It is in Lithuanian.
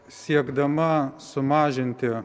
siekdama sumažinti